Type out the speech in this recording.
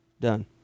Done